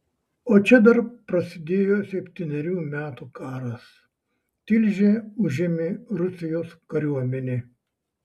o čia dar prasidėjo septynerių metų karas tilžę užėmė rusijos kariuomenė